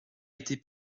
été